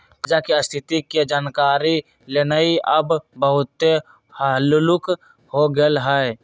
कर्जा की स्थिति के जानकारी लेनाइ अब बहुते हल्लूक हो गेल हइ